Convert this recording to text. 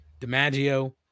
DiMaggio